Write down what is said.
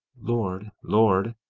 lord, lord,